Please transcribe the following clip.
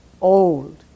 old